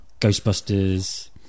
Ghostbusters